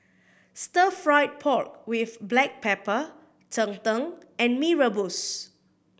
Stir Fried Pork With Black Pepper cheng tng and Mee Rebus